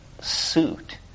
suit